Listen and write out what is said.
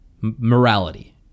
morality